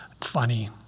funny